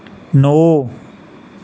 नौ